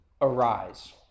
arise